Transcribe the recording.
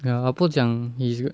ya ah bo 讲 is good